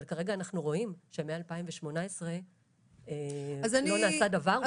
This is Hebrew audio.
אבל כרגע אנחנו רואים שמשנת 2018 לא נעשה דבר,